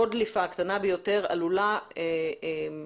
לכל דליפה קטנה ביותר עלולה להיות